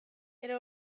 era